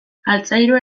altzairua